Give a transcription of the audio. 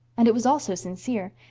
and it was also sincere.